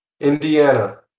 Indiana